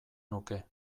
nuke